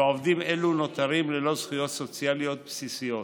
ועובדים אלו נותרים ללא זכויות סוציאליות בסיסיות.